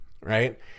right